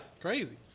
Crazy